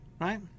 right